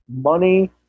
Money